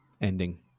ending